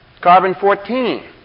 Carbon-14